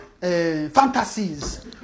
fantasies